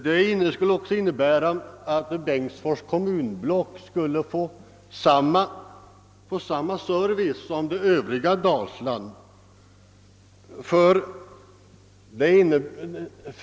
Den skulle också innebära att Bengtsfors kommunblock fick samma service som det övriga Dalsland.